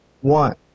One